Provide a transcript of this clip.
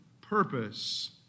purpose